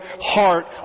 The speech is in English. heart